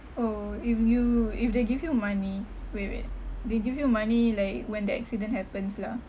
orh if you if they give you money wait wait they give you money like when the accident happens lah